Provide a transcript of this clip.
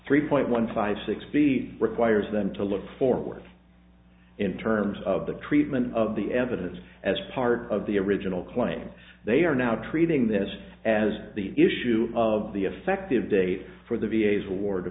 three point one five six b requires them to look forward in terms of the treatment of the evidence as part of the original claim they are now treating this as the issue of the effective date for the